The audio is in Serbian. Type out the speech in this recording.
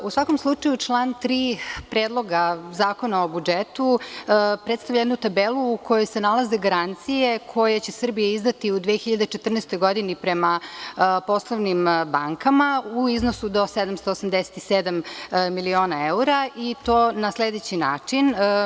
U svakom slučaju, član 3. Predloga zakona o budžetu predstavlja jednu tabelu u kojoj se nalaze garancije koje će Srbija izdati u 2014. godini prema poslovnim bankama u iznosu do 787 miliona evra i to na sledeći način.